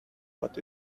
what